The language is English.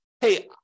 hey